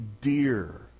dear